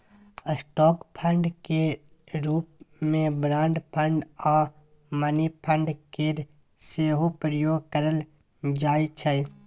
stock fund केर रूप मे बॉन्ड फंड आ मनी फंड केर सेहो प्रयोग करल जाइ छै